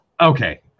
Okay